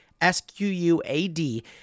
S-Q-U-A-D